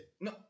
No